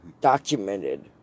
documented